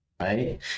right